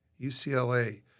UCLA